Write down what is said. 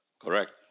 Correct